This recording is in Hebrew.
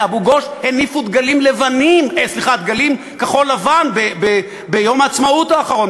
באבו-גוש הניפו דגלים כחול-לבן ביום העצמאות האחרון.